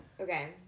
Okay